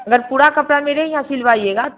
अगर पूरा कपड़ा मेरे यहाँ सिलवाइएगा